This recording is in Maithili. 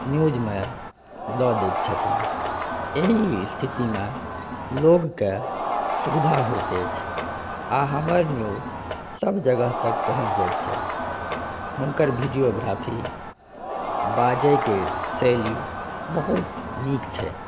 न्यूजमे दऽ दै छथिन एहि स्थितिमे लोकके सुविधा होइत अछि आ हमर न्यूज सभ जगह तक पहुँच जाइत छथि हुनकर वीडियोग्राफी बाजैके शैली बहुत नीक छै